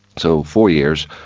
so four years.